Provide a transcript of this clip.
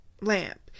lamp